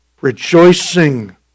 rejoicing